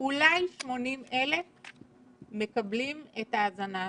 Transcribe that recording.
אולי 80,000 מקבלים את ההזנה הזו.